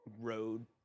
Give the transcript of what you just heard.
road